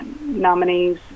nominees